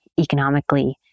economically